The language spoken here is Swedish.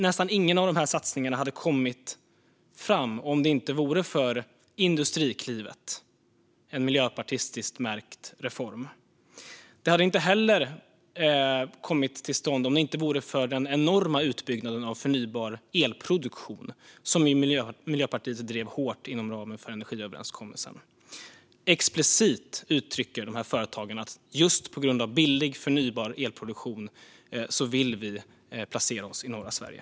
Nästan ingen av dessa satsningar hade kommit fram om det inte vore för Industriklivet, en miljöpartistiskt märkt reform. Det hade inte heller kommit till stånd om det inte vore för den enorma utbyggnaden av förnybar elproduktion som Miljöpartiet drev hårt inom ramen för energiöverenskommelsen. Explicit uttrycker de här företagen att det är just tack vare billig, förnybar elproduktion som de vill placera sig i norra Sverige.